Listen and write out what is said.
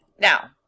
Now